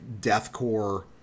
deathcore